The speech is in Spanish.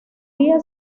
día